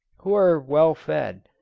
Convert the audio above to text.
who are well fed,